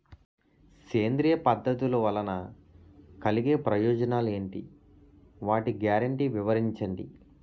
సేంద్రీయ పద్ధతుల వలన కలిగే ప్రయోజనాలు ఎంటి? వాటి గ్యారంటీ వివరించండి?